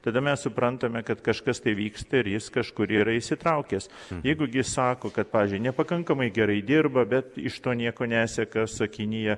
tada mes suprantame kad kažkas tai vyksta ir jis kažkur yra įsitraukęs jeigu gi sako kad pavyzdžiui nepakankamai gerai dirba bet iš to nieko neseka sakinyje